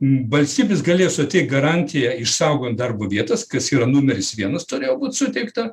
valstybės galėjo suteikt garantiją išsaugant darbo vietas kas yra numeris vienas turėjo būt suteikta